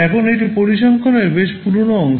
এখন এটি পরিসংখ্যানের বেশ পুরানো অংশ